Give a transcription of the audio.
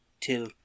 till